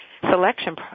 selection